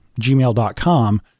gmail.com